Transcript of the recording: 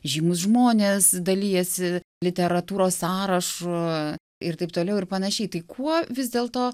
žymūs žmonės dalijasi literatūros sąrašu ir taip toliau ir panašiai tai kuo vis dėlto